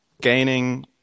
gaining